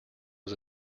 was